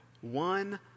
one